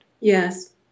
Yes